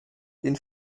den